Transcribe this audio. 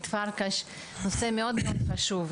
בוקר טוב,